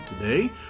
Today